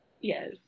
Yes